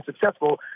successful